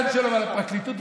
מי היה עומד פה?